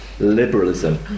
liberalism